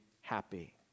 happy